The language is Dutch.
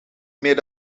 meer